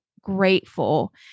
grateful